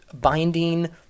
binding